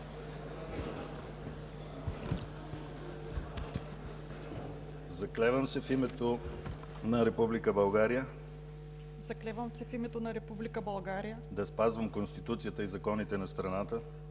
„Заклевам се в името на Република България да спазвам Конституцията и законите на страната